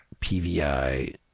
pvi